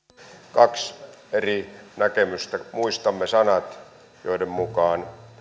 kaksi eri näkemystä muistamme sanat joiden mukaan